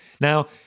Now